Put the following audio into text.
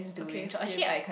okay skip